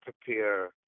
prepare